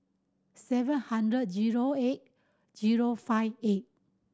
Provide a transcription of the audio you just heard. seven hundred zero eight zero five eight